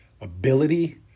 ability